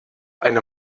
eine